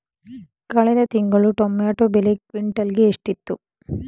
ಕಳೆದ ತಿಂಗಳು ಟೊಮ್ಯಾಟೋ ಬೆಲೆ ಕ್ವಿಂಟಾಲ್ ಗೆ ಎಷ್ಟಿತ್ತು?